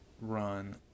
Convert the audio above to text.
run